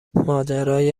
ماجرای